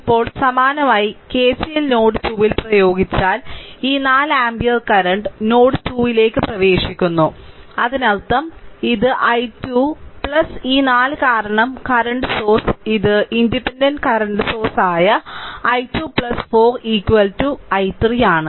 ഇപ്പോൾ സമാനമായി KCL node 2 ൽ പ്രയോഗിച്ചാൽ ഈ 4 ആമ്പിയർ കറന്റ് നോഡ് 2 ലേക്ക് പ്രവേശിക്കുന്നു അതിനർത്ഥം ഇത് i 2 ഈ 4 കാരണം കറന്റ് സോഴ്സ് ഇത് ഇൻഡിപെൻഡന്റ് കറന്റ് സോഴ്സ് ആയ i 2 4 i3 ആണ്